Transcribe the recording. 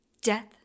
death